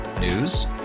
News